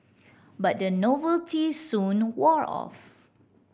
but the novelty soon wore off